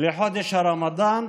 לחודש הרמדאן,